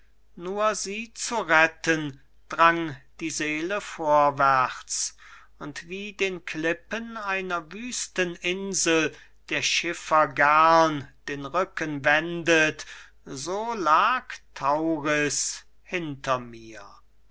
nur sie zu retten drang die seele vorwärts und wie den klippen einer wüsten insel der schiffer gern den rücken wendet so lag tauris hinter mir